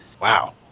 Wow